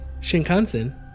Shinkansen